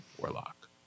warlock